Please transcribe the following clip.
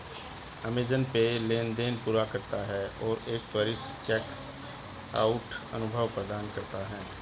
Amazon Pay लेनदेन पूरा करता है और एक त्वरित चेकआउट अनुभव प्रदान करता है